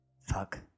Fuck